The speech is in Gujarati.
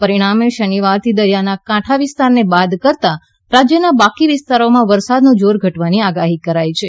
પરિણામે શનિવારથી દરિયાકાંઠાના વિસ્તારોને બાદ કરતાં રાજ્યના બાકીના વિસ્તારોમાં વરસાદનું જોર ઘટવાની આગાહી કરાઇ છે